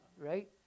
right